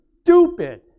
stupid